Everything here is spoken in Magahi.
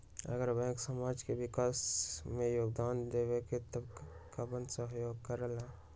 अगर बैंक समाज के विकास मे योगदान देबले त कबन सहयोग करल?